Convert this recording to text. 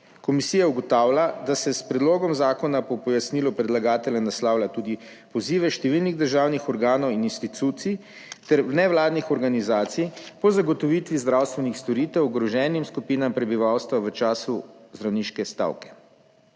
Komisija ugotavlja, da se s predlogom zakona po pojasnilu predlagatelja naslavlja tudi pozive številnih državnih organov in institucij ter nevladnih organizacij po zagotovitvi zdravstvenih storitev ogroženim skupinam prebivalstva v času zdravniške stavke.